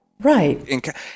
Right